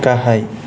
गाहाय